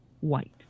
White